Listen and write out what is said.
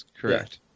correct